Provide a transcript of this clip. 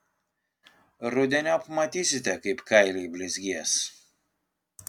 rudeniop matysite kaip kailiai blizgės